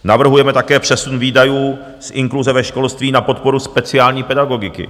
Navrhujeme také přesun výdajů z inkluze ve školství na podporu speciální pedagogiky.